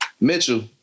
Mitchell